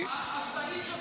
אני --- רק הסעיף הזה.